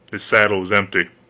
his saddle was empty.